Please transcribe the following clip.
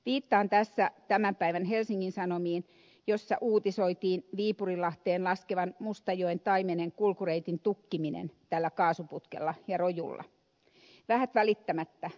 viittaan tässä tämän päivän helsingin sanomiin jossa uutisoitiin viipurinlahteen laskevan mustajoen taimenen kulkureitin tukkiminen tällä kaasuputkella ja rojulla vähät välittämättä rajajokisopimuksesta